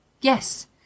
Yes